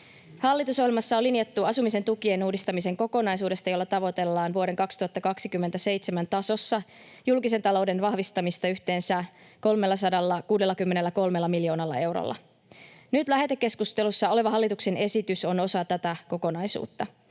Hallitusohjelmassa on linjattu asumisen tukien uudistamisen kokonaisuudesta, jolla tavoitellaan vuoden 2027 tasossa julkisen talouden vahvistamista yhteensä 363 miljoonalla eurolla. Nyt lähetekeskustelussa oleva hallituksen esitys on osa tätä kokonaisuutta.